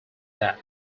that